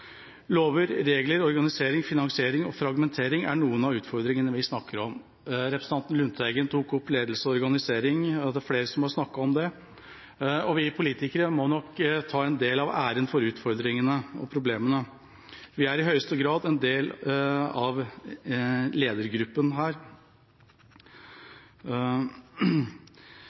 Lover, regler, organisering, finansiering og fragmentering er noen av utfordringene vi snakker om. Representanten Lundteigen tok opp ledelse og organisering, og det er flere som har snakket om det. Vi politikere må nok ta en del av ansvaret for utfordringene og problemene. Vi er i høyeste grad en del av ledergruppen her.